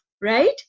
right